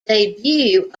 debut